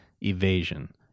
evasion